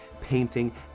painting